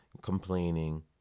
complaining